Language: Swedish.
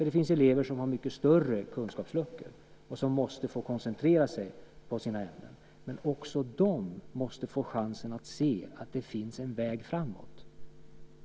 Det finns elever som har mycket större kunskapsluckor och som måste få koncentrera sig på sina ämnen. Också de måste dock få chansen att se att det finns en väg framåt.